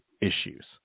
issues